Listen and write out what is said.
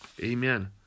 Amen